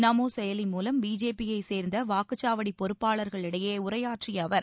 நமோ செயலி மூலம் பிஜேபியைச் சேர்ந்த வாக்குச்சாவடி பொறுப்பாளர்களிடையே உரையாற்றிய அவர்